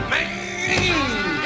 Man